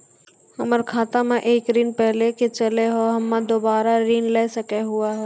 हमर खाता मे एक ऋण पहले के चले हाव हम्मे दोबारा ऋण ले सके हाव हे?